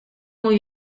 muy